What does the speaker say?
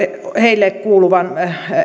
heille kuuluvat